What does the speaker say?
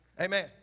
Amen